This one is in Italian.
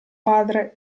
padre